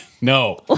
No